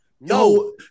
No